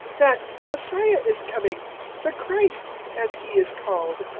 that messiah is coming the christ as he is called.